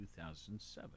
2007